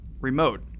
Remote